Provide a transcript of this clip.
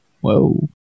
Whoa